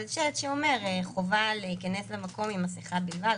אבל שלט שאומר: חובה להיכנס למקום עם מסכה בלבד,